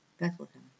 Bethlehem